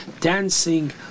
dancing